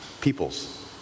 peoples